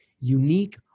unique